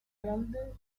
grande